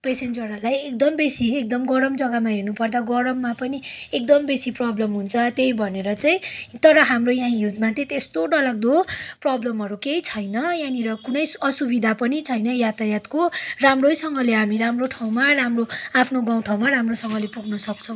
पेसेन्जरहरूलाई एकदम बेसी एकदम गरम जग्गामा हेर्नुपर्दा गरममा पनि एकदम बेसी प्रब्लम हुन्छ त्यही भनेर चाहिँ तर हाम्रो यहाँ हिल्समा चाहिँ त्यस्तो डरलाग्दो प्रब्लमहरू केही छैन यहाँनिर कुनै असुविधा पनि छैन यातायातको राम्रैसँगले हामी राम्रो ठाउँमा राम्रो आफ्नो गाउँठाउँमा राम्रोसँगले पुग्नसक्छौँ